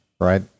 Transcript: right